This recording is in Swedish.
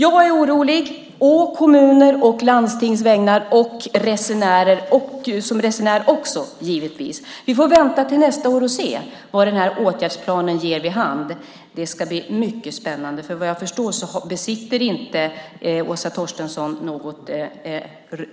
Jag är orolig å kommuners, landstings och resenärers vägnar. Vi får vänta till nästa år och se vad åtgärdsplanen ger vid handen. Det ska bli mycket spännande. Vad jag förstår sitter inte Åsa Torstensson med något